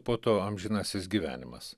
po to amžinasis gyvenimas